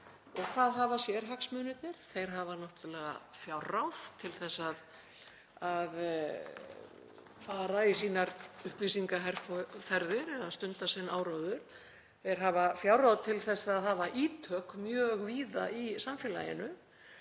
Hvað hafa sérhagsmunirnir? Þeir hafa náttúrlega fjárráð til þess að fara í sínar upplýsingaherferðir eða stunda sinn áróður, þeir hafa fjárráð til að hafa ítök mjög víða í samfélaginu.